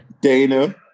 Dana